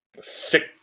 Sick